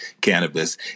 cannabis